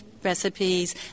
recipes